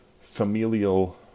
familial